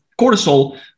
cortisol